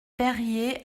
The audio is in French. perriers